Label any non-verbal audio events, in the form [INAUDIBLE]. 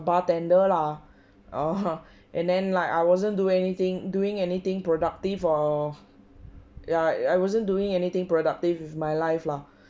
bar tender lah [LAUGHS] and then like I wasn't do anything doing anything productive for ya I wasn't doing anything productive with my life lah